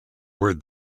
were